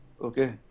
okay